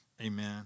Amen